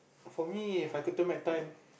for me If I could turn back time